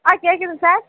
ஆ கேட்குதுங் சார்